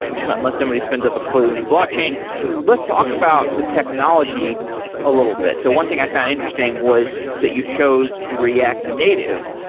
unless somebody spends up a completely new blockchain. let's talk about the technology a little bit. so one thing i found interesting was that you chose react native,